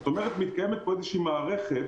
זאת אומרת שמתקיימת פה איזושהי מערכת